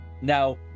now